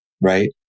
right